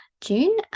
June